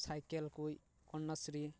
cycle ᱠᱚ ᱠᱚᱱᱟᱥᱨᱤ